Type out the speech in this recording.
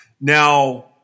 Now